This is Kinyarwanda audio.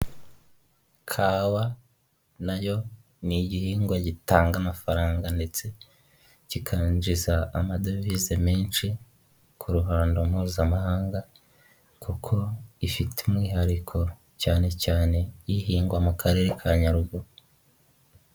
Kawa nayo ni igihingwa gitanga amafaranga ndetse kikanjiza amadovize menshi ku ruhando mpuzamahanga, kuko ifite umwihariko cyane cyane ihingwa mu karere ka nyaruguru.